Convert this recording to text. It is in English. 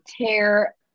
tear